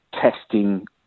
testing